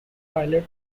pilot